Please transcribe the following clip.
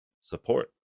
support